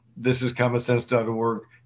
thisiscommonsense.org